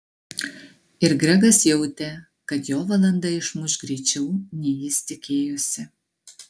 ir gregas jautė kad jo valanda išmuš greičiau nei jis tikėjosi